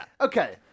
Okay